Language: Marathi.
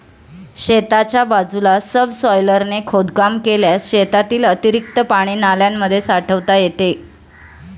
शेताच्या बाजूला सबसॉयलरने खोदकाम केल्यास शेतातील अतिरिक्त पाणी नाल्यांमध्ये साठवता येते